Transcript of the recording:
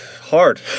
hard